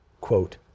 quote